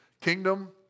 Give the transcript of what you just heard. kingdom